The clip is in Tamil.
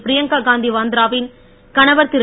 பிரியங்கா காந்தி வாத்ரா வின் கணவர் திரு